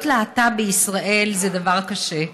להיות להט"ב בישראל זה דבר קשה.